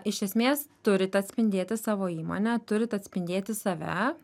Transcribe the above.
iš esmės turit atspindėti savo įmonę turit atspindėti save